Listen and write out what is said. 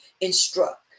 instruct